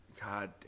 God